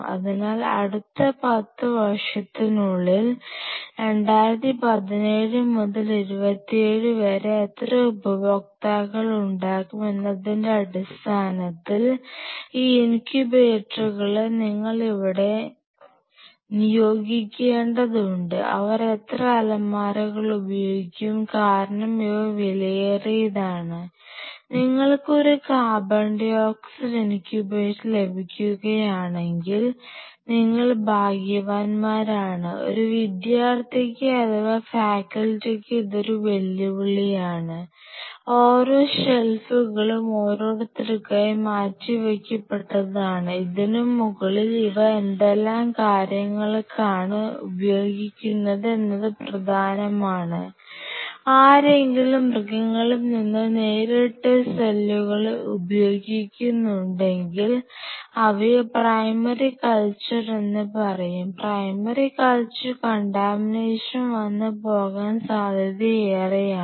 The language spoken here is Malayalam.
അതിനാൽ അടുത്ത 10 വർഷത്തിനുള്ളിൽ 2017 മുതൽ 2027 വരെ എത്ര ഉപയോക്താക്കൾ ഉണ്ടാകും എന്നതിന്റെ അടിസ്ഥാനത്തിൽ ഈ ഇൻകുബേറ്ററുകളെ നിങ്ങൾ ഇവിടെ നിയോഗിക്കേണ്ടതുണ്ട് അവർ എത്ര അലമാരകൾ ഉപയോഗിക്കും കാരണം ഇവ വിലയേറിയതാണ് വന്നു പോകാൻ സാധ്യതയേറെയാണ്